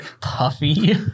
Puffy